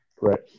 Right